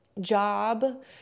job